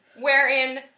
Wherein